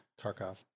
Tarkov